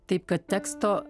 taip kad teksto